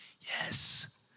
yes